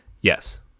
Yes